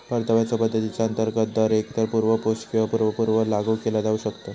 परताव्याच्यो पद्धतीचा अंतर्गत दर एकतर पूर्व पोस्ट किंवा पूर्व पूर्व लागू केला जाऊ शकता